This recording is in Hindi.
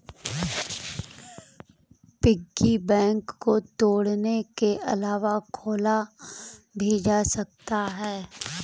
पिग्गी बैंक को तोड़ने के अलावा खोला भी जा सकता है